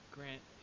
Grant